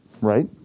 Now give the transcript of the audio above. Right